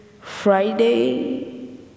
Friday